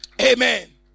Amen